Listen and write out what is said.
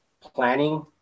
planning